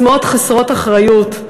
ססמאות חסרות אחריות.